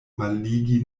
malligi